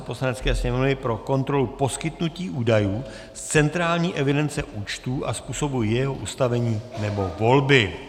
Poslanecké sněmovny pro kontrolu poskytnutí údajů z centrální evidence účtů a způsobu jejího ustavení nebo volby